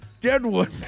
Deadwood